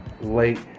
late